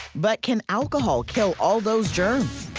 but can alcohol kill all those germs?